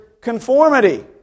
conformity